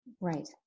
Right